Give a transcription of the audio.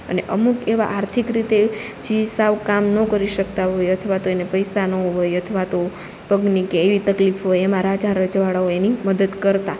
અને અમુક એવા આર્થિક રીતે જી સાવ કામ નો કરી શકતા હોય અથવા તો એને પૈસા નો હોય અથવા તો પગની કે એવી તકલીફ હોય એમાં રાજા રજવાડાઓ એની મદદ કરતાં